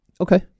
Okay